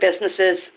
businesses